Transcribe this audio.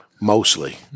Mostly